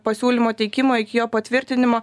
pasiūlymo teikimo iki jo patvirtinimo